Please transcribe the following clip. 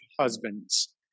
husbands